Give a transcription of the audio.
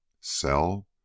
Sell